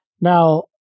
Now